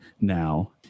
now